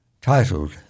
titled